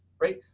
right